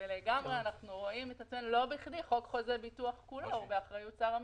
לא בכדי חוק חוזה הביטוח כולו הוא באחריות שר המשפטים.